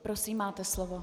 Prosím, máte slovo.